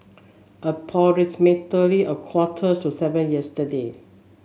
approximately a quarter to seven yesterday